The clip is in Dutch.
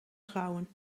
trouwen